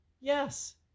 yes